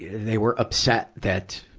they were upset that,